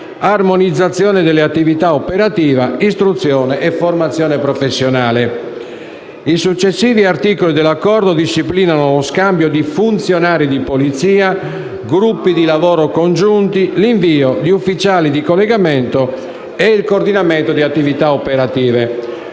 l'armonizzazione dell'attività operativa, istruzione e formazione professionale. I successivi articoli dell'Accordo disciplinano uno scambio di funzionari di polizia, gruppi di lavoro congiunti, l'invio di ufficiali di collegamento e il coordinamento di attività operative.